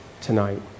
tonight